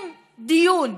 אין דיון,